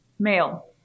Male